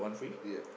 ya